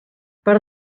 per